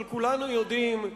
אבל כולנו יודעים,